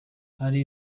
hari